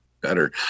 better